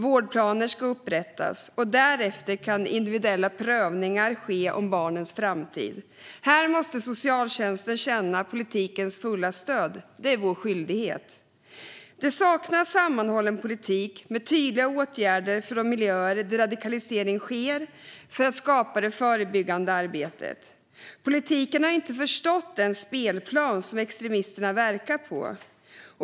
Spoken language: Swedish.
Vårdplaner ska upprättas. Därefter kan individuella prövningar göras om barnens framtid. Här måste socialtjänsten känna politikens fulla stöd. Det är vår skyldighet. Det saknas sammanhållen politik med tydliga åtgärder för att skapa det förebyggande arbetet i de miljöer där radikaliseringen sker. Politiken har inte förstått den spelplan som extremisterna verkar på.